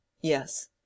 Yes